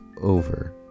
over